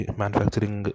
manufacturing